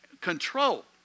control